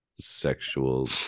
sexual